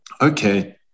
okay